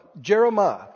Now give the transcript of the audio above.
Jeremiah